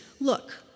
look